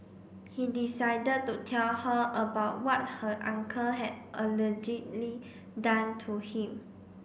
he decided to tell her about what her uncle had allegedly done to him